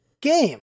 game